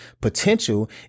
potential